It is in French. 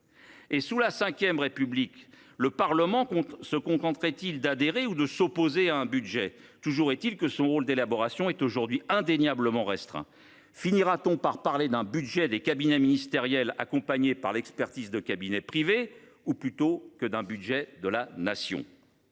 ! Sous la V République, le Parlement se contenterait il d’adhérer à un budget ou de s’y opposer ? Quoi qu’il en soit, son rôle d’élaboration est aujourd’hui indéniablement restreint. Finirait on par parler d’un budget des cabinets ministériels accompagnés par l’expertise de cabinets privés plutôt que d’un budget de la Nation ?